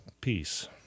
peace